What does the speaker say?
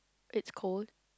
it's cold